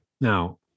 now